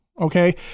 Okay